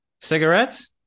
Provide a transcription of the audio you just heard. Cigarettes